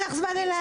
אין לך זמן אליי?